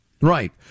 Right